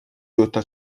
دوتا